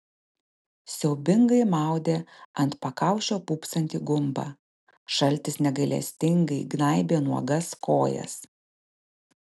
siaubingai maudė ant pakaušio pūpsantį gumbą šaltis negailestingai gnaibė nuogas kojas